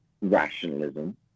rationalism